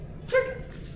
circus